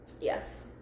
yes